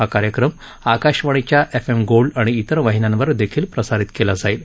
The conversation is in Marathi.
हा कार्यक्रम आकाशवाणीच्या एफ एम गोल्ड आणि इतर वाहिन्यांवर देखील प्रसारित केला जाईल